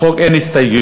לחוק אין הסתייגויות.